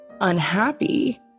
unhappy